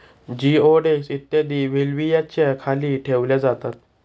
जिओडेक्स इत्यादी बेल्व्हियाच्या खाली ठेवल्या जातात